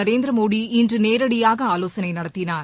நரேந்திர மோடி இன்று நேரடியாக ஆலோசனை நடத்தினார்